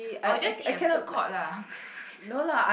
oh just eat at food court lah